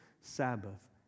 Sabbath